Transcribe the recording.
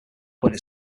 point